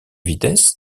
vitesses